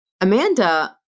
Amanda